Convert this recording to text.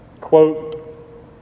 Quote